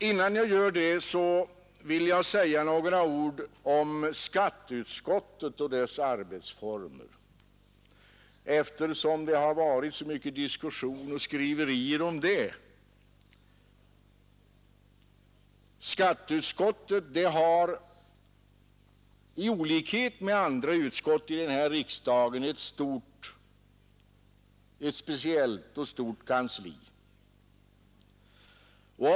Innan jag gör det vill jag emellertid säga några ord om skatteutskottet och dess arbetsformer, eftersom det har varit så mycket diskussioner och skriverier om det. Skatteutskottet har till skillnad mot andra utskott i riksdagen ett speciellt och stort kansli.